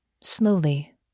Slowly